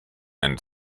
and